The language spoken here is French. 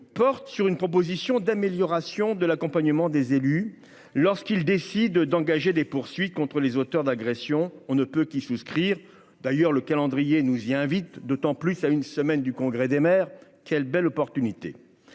porte sur une proposition d'amélioration de l'accompagnement des élus lorsqu'il décide d'engager des poursuites contre les auteurs d'agressions, on ne peut qu'y souscrire d'ailleurs le calendrier nous y invite, d'autant plus à une semaine du congrès des maires, quelle belle opportunité,